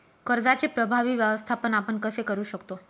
कर्जाचे प्रभावी व्यवस्थापन आपण कसे करु शकतो?